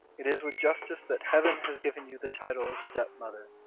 it is with justice that heaven has given you the title of stepmother,